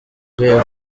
rwo